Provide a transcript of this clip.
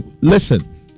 Listen